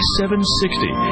760